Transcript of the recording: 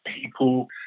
people